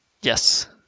Yes